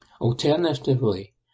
Alternatively